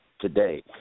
today